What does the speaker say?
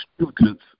students